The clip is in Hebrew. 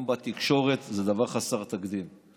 גם בתקשורת, זה דבר חסר תקדים.